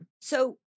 So-